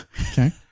Okay